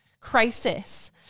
Crisis